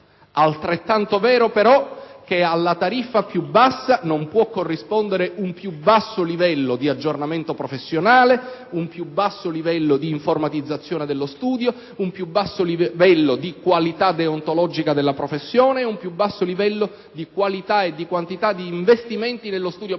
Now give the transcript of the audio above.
altrettanto vero però è che alla tariffa più bassa non può corrispondere un più basso livello di aggiornamento professionale, un più basso livello di informatizzazione dello studio, un più basso livello di qualità deontologica della professione, un più basso livello di qualità e di quantità di investimenti nello studio professionale.